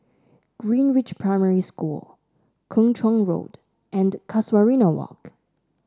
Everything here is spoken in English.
Greenridge Primary School Kung Chong Road and Casuarina Walk